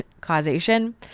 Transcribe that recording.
causation